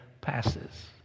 passes